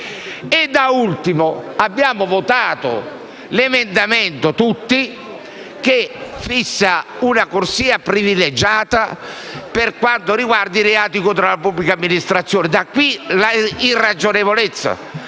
Da ultimo, abbiamo tutti votato l'emendamento che fissa una corsia privilegiata per quanto riguarda i reati contro la pubblica amministrazione. E qui emerge l'irragionevolezza